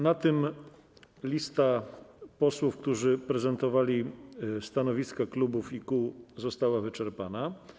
Na tym lista posłów, którzy prezentowali stanowiska klubów i kół, została wyczerpana.